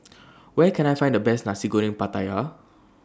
Where Can I Find The Best Nasi Goreng Pattaya